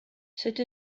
cette